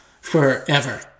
forever